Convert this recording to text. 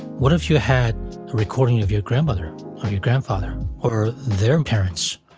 what if you had a recording of your grandmother or your grandfather or their parents?